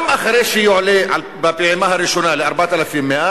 גם אחרי שהוא יועלה בפעימה הראשונה ל-4,100,